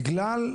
בגלל,